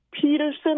Peterson